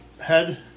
head